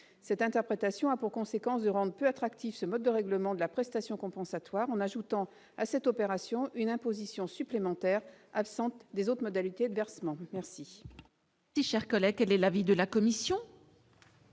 cette interprétation a pour conséquence de rendre peu attractifs, ce mode de règlement de la prestation compensatoire, en ajoutant à cette opération, une imposition supplémentaire absente des autres modalités de versement merci.